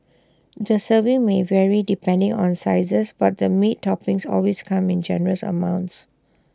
the serving may vary depending on sizes but the meaty toppings always come in generous amounts